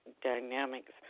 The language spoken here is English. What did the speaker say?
dynamics